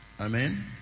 Amen